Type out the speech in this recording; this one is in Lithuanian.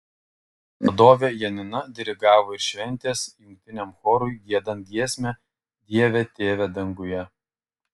vadovė janina dirigavo ir šventės jungtiniam chorui giedant giesmę dieve tėve danguje